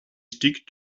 stick